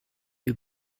you